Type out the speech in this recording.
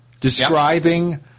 describing